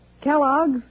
Kellogg's